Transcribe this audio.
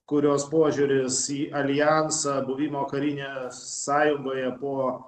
kurios požiūris į aljansą buvimo karinėje sąjungoje buvo